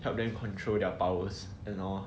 help them control their powers and all